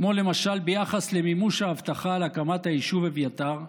כמו למשל ביחס למימוש ההבטחה על הקמת היישוב אביתר,